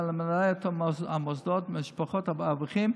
את המוסדות ומשפחות האברכים,